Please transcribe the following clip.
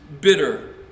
bitter